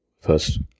first